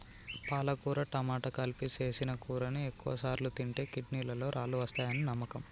పాలకుర టమాట కలిపి సేసిన కూరని ఎక్కువసార్లు తింటే కిడ్నీలలో రాళ్ళు వస్తాయని నమ్మకం